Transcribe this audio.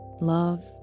love